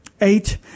Eight